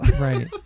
Right